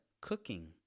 cooking